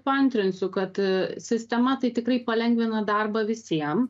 paantrinsiu kad sistema tai tikrai palengvina darbą visiem